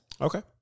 Okay